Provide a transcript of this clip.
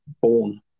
born